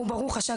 ברוך השם,